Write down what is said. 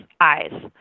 eyes